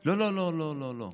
לא, לא, לא,